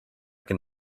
can